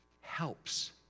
helps